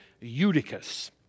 Eutychus